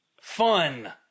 Fun